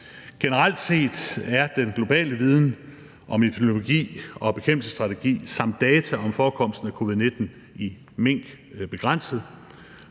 Generelt set er den globale viden om epidemiologi og bekæmpelsesstrategi samt data om forekomsten af covid-19 i mink begrænset.